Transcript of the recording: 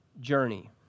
journey